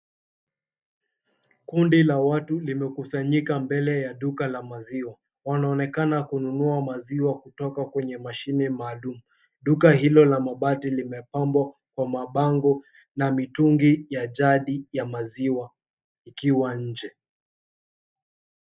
Kundi la watu limekusanyika mbele ya duka la maziwa. Wanaonekana kununua mzaziwa kutoka kwenye mashine maalum. Duka hilo la mabati limepambwa kwa mabango na mitungi ya jadi ya maziwa ikiwa nje.